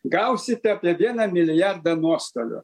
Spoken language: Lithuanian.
gausite apie vieną milijardą nuostolių